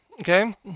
Okay